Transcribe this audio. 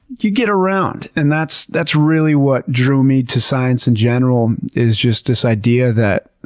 you get around and that's that's really what drew me to science in general, is just this idea that,